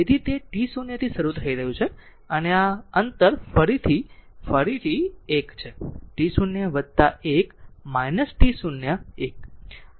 તેથી તે t 0 થી શરૂ થઈ રહ્યું છે અને આ અંતર ફરીથી અંતર ફરીથી 1 છેt0 1 t0 1આ 1